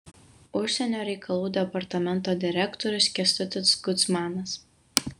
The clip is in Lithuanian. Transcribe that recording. užsienio reikalų departamento direktorius kęstutis kudzmanas